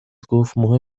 گفتمهم